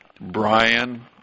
Brian